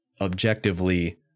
objectively